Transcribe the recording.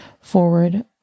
forward